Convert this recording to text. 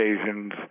occasions